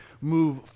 move